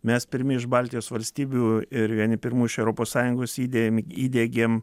mes pirmi iš baltijos valstybių ir vieni pirmųjų iš europos sąjungos įdėm įdiegėm